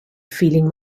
feeling